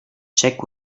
check